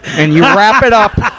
and you wrap it up,